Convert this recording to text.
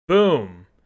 Boom